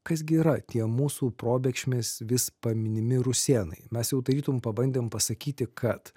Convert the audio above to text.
kas gi yra tie mūsų probėgšmais vis paminimi rusėnai mes jau tarytum pabandėm pasakyti kad